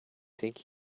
think